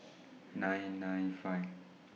nine nine five